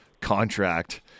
contract